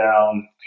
down